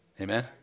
Amen